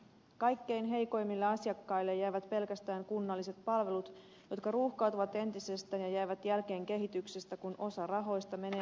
kaikkein heikoimmille asiakkaille jäävät pelkästään kunnalliset palvelut jotka ruuhkautuvat entisestään ja jäävät jälkeen kehityksestä kun osa rahoista menee setelikäyttöön